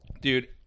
Dude